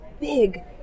big